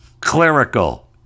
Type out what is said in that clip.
clerical